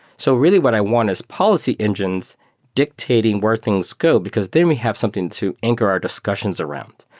so really what i want is policy engines dictating where things go, because they may have something to anchor our discussions around.